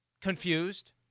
confused